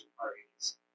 parties